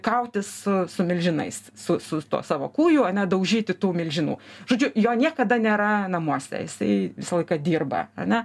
kautis su su milžinais su su tuo savo kūju ane daužyti tų milžinų žodžiu jo niekada nėra namuose jisai visą laiką dirba ane